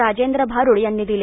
राजेंद्र भारुड यांनी दिले